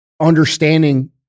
understanding